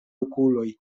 okuloj